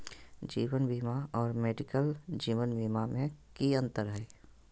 जीवन बीमा और मेडिकल जीवन बीमा में की अंतर है?